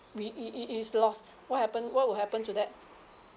we it it it is lost what happened what will happen to that